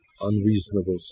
unreasonable